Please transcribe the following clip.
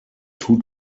two